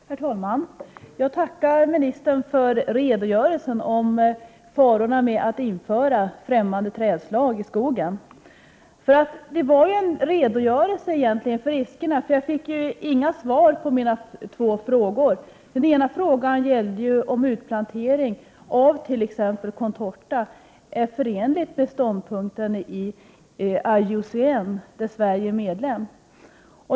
Herr talman! Jag tackar ministern för redogörelsen för farorna med att införa främmande trädslag i skogen, för det var ju egentligen en redogörelse över riskerna. Jag fick inget svar på mina frågor. Den ena frågan gällde om utplantering av t.ex. contortatall är förenlig med ståndpunkterna inom IUCN, där Sverige är medlem.